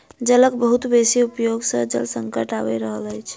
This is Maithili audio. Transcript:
जलक बहुत बेसी उपयोग सॅ जल संकट आइब रहल अछि